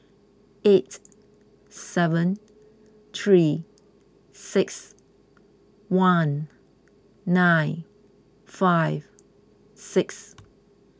eight seven three six one nine five six